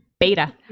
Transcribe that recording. Beta